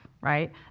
right